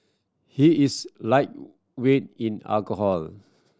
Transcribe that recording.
he is lightweight in alcohol